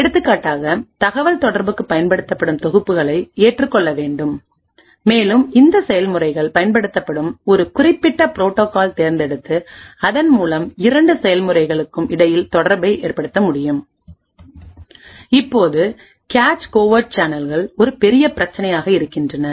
எடுத்துக்காட்டாக தகவல்தொடர்புக்குப் பயன்படுத்தப்படும் தொகுப்புகளை ஏற்றுக்கொள்ள வேண்டும் மேலும் இந்த செயல்முறைகள் பயன்படுத்தும்ஒரு குறிப்பிட்ட புரோட்டோகால் தேர்ந்தெடுத்துஅதன் மூலம் இரண்டு செயல்முறைகளும் இடையில் தொடர்பை ஏற்படுத்த முடியும் இப்போதுகேச் கோவர்ட் சேனல்கள் ஒரு பெரிய பிரச்சினையாக இருக்கின்றன